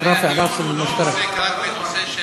הרי הדיון לא עוסק כאן,